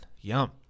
Yum